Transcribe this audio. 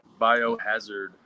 Biohazard